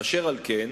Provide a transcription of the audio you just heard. אשר על כן,